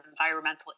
environmental